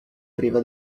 priva